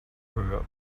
her